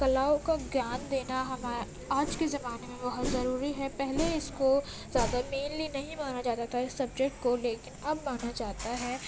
کلاؤں کا گیان دینا ہما آج کے زمانے میں بہت ضروری ہے پہلے اس کو زیادہ مینلی نہیں مانا جاتا تھا اس سبجیکٹ کو لیکن اب مانا جاتا ہے